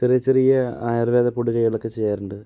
ചെറിയ ചെറിയ ആയുർവേദ പൊടി കൈകൾ ഒക്കെ ചെയ്യാറുണ്ട്